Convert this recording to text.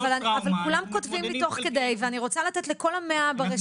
אבל כולם כותבים לי תוך כדי ואני רוצה לתת לכל ה-100 ברשימה.